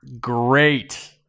great